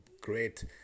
great